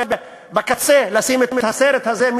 בקצה לשים את הסרט הזה,